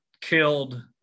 killed